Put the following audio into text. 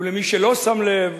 ולמי שלא שם לב,